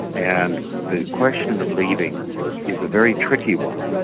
and the question of leaving is a very tricky one.